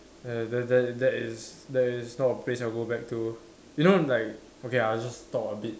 err that that that is that is not a place I'll go back to you know like okay lah let's just talk a bit